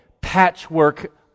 patchwork